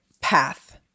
path